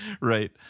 Right